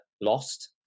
lost